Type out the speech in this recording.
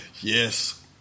Yes